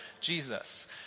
Jesus